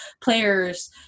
players